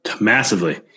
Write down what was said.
Massively